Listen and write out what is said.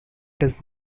does